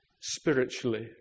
spiritually